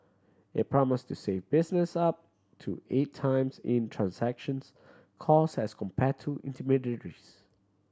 it promise to save business up to eight times in transactions cost as compare to intermediaries